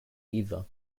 either